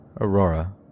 Aurora